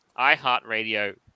iHeartRadio